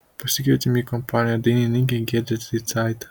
pasikvietėm į kompaniją dainininkę giedrę zeicaitę